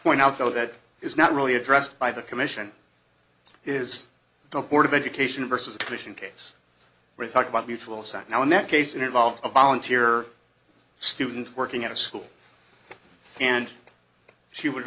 point out though that is not really addressed by the commission is the board of education versus a commission case we're talking about mutual sam now in that case it involved a volunteer student working at a school and she would